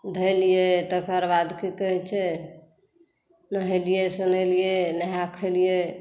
धैलियै तकरबाद की कहै छै नहेलियै सुनेलियै नहा खेलियै